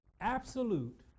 Absolute